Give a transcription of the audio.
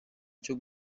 cyo